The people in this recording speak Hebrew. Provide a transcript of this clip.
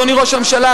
אדוני ראש הממשלה,